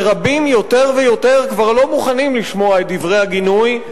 ורבים יותר ויותר כבר לא מוכנים לשמוע את דברי הגינוי,